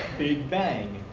big bang.